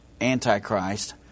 antichrist